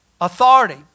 authority